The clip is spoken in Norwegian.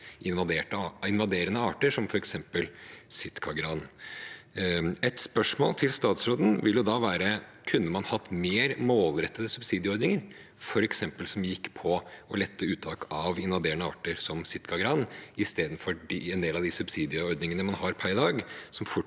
invaderende arter, som f.eks. sitkagran. Et spørsmål til statsråden vil da være: Kunne man hatt mer målrettede subsidieordninger, som f.eks. gikk på å lette uttak av invaderende arter som sitkagran, istedenfor en del av de subsidieordningene man har per i dag, som fort